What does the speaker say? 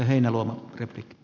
tunnen ed